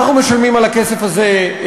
אנחנו משלמים על הכסף הזה,